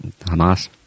Hamas